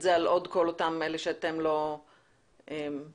זה על עוד כל אותם שאתם לא אחראים עליהם?